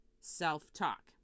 self-talk